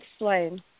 explain